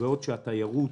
בעוד התיירות